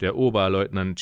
der oberleutnant